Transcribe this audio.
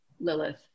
Lilith